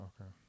Okay